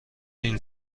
این